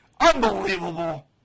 Unbelievable